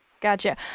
Gotcha